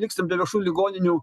liksim be viešų ligoninių